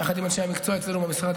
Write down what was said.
יחד עם אנשי המקצוע אצלנו במשרד,